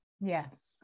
Yes